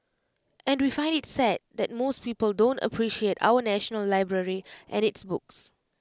and we find IT sad that most people don't appreciate our National Library and its books